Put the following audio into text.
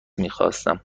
میخواستم